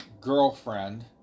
girlfriend